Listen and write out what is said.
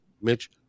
mitch